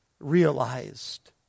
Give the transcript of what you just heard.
realized